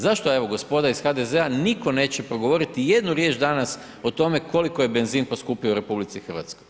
Zašto evo gospoda iz HDZ-a nitko neće progovorit jednu riječ danas o tome koliko je benzin poskupio u RH?